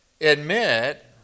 admit